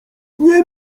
nie